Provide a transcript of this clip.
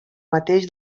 mateix